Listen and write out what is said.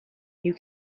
you